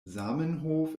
zamenhof